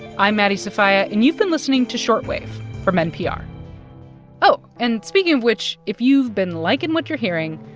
i'm maddie sofia, and you've been listening to short wave from npr oh, and speaking of which, if you've been liking what you're hearing,